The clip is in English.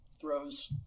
throws